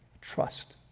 Trust